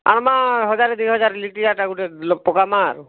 ଆନମା ହଜାର ଦିହଜାର ଲିଟିରିଆଟା ଗୋଟେ ପକାମା ଆରୁ